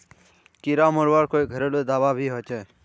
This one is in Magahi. कीड़ा मरवार कोई घरेलू दाबा भी होचए?